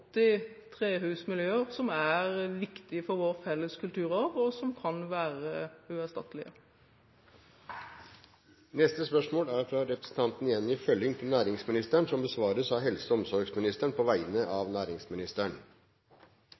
trehusmiljøer som er viktige for vår felles kulturarv, og som kan være uerstattelige. Dette spørsmålet, fra representanten Jenny Ellaug Følling til næringsministeren, besvares av helse- og omsorgsministeren på vegne av næringsministeren.